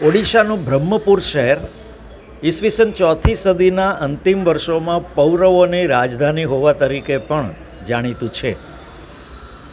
ઓડિશાનું બ્રહ્મપુર શહેર ઈસવીસન ચોથી સદીના અંતિમ વર્ષોમાં પૌરવોની રાજધાની હોવા તરીકે પણ જાણીતું છે